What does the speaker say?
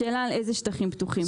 השאלה על אילו שטחים פתוחים.